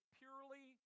purely